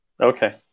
Okay